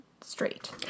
straight